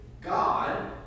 God